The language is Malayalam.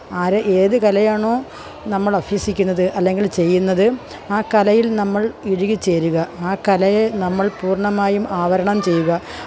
ആരെ ഏത് കലയാണോ നമ്മൾ അഭ്യസിക്കുന്നത് അല്ലെങ്കില് ചെയ്യുന്നത് ആ കലയില് നമ്മള് ഇഴകി ചേരുക ആ കലയെ നമ്മള് പൂര്ണ്ണമായും ആവരണം ചെയ്യുക